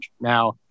Now